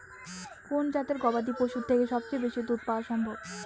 কোন জাতের গবাদী পশু থেকে সবচেয়ে বেশি দুধ পাওয়া সম্ভব?